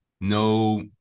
no